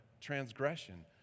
transgression